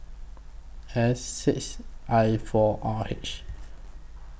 S six I four R H